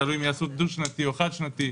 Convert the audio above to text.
תלוי אם יעשו דו שנתי או חד שנתי,